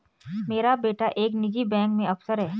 मेरा बेटा एक निजी बैंक में अफसर है